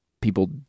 people